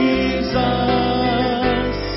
Jesus